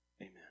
amen